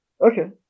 Okay